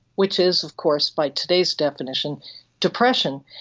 which is of course by today's definition depression.